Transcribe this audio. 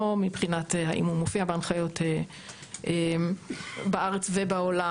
מבחינת האם הוא מופיע בהנחיות בארץ ובעולם?